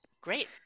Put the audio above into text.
Great